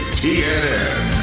tnn